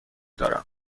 دارم